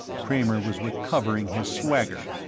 kramer was recovering his swagger.